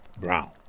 brown